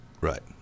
Right